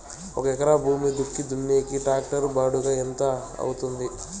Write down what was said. ఒక ఎకరా భూమి దుక్కి దున్నేకి టాక్టర్ బాడుగ ఎంత అవుతుంది?